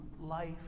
life